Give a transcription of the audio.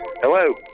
Hello